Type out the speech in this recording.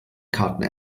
karten